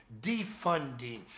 defunding